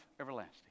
everlasting